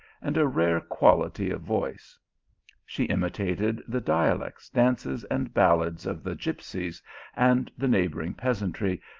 and a rare quality of voice she imitated the dialects, dances, and bal lads of the gipsies and the neighbouring peasantry,